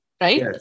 right